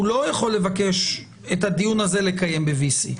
הוא לא יכול את הדיון הזה לבקש ב-VC.